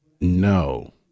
No